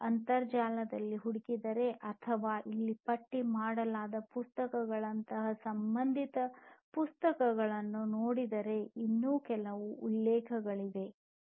ನೀವು ಅಂತರ್ಜಾಲದಲ್ಲಿ ಹುಡುಕಿದರೆ ಅಥವಾ ಇಲ್ಲಿ ಪಟ್ಟಿ ಮಾಡಲಾದ ಪುಸ್ತಕಗಳಂತಹ ಸಂಬಂಧಿತ ಪುಸ್ತಕಗಳನ್ನು ನೋಡಿದರೆ ಇನ್ನೂ ಅನೇಕ ಉಲ್ಲೇಖಗಳಿವೆ